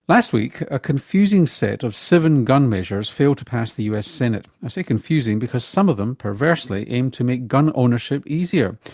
last week a confusing set of seven gun measures failed to pass the us senate. i say confusing because some of them, perversely, aimed to make gun ownership easier.